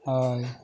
ᱦᱳᱭ